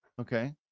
Okay